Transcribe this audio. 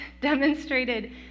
demonstrated